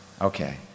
Okay